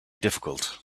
difficult